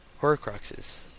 Horcruxes